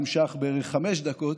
נמשך בערך חמש דקות.